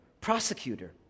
prosecutor